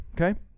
Okay